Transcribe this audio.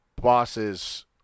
bosses